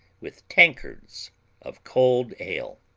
with tankards of cold ale.